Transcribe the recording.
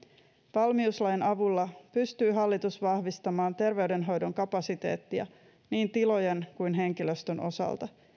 valmiuslain avulla pystyy hallitus vahvistamaan terveydenhoidon kapasiteettia niin tilojen kuin henkilöstön osalta